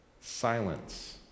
silence